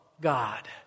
God